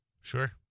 sure